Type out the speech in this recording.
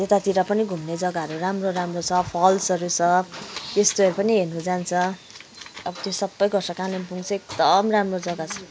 त्यतातिर पनि घुम्ने जगाहरू राम्रो राम्रो छ फल्सहरू छ त्यस्तोहरू पनि हेर्नु जान्छ अब त्यो सबै गर्छ कालिम्पोङ चाहिँ एकदम राम्रो जग्गा छ